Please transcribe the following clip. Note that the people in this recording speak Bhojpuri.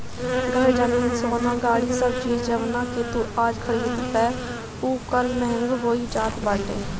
घर, जमीन, सोना, गाड़ी सब चीज जवना के तू आज खरीदबअ उ कल महंग होई जात बाटे